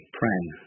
praying